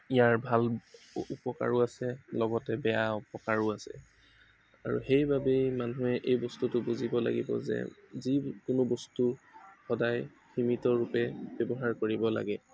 ইয়াৰ ভাল উপকাৰো আছে লগতে বেয়া অপকাৰো আছে আৰু সেইবাবেই মানুহে এই বস্তুটো বুজিব লাগিব যে যিকোনো বস্তু সদায় সীমিত ৰূপে ব্যৱহাৰ কৰিব লাগে